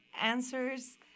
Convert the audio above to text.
answers